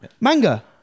Manga